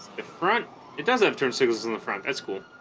the front it doesn't have turn signals on the front that's cool